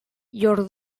your